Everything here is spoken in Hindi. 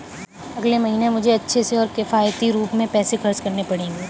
अगले महीने मुझे अच्छे से और किफायती रूप में पैसे खर्च करने पड़ेंगे